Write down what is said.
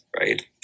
right